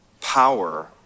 power